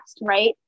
right